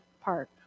Park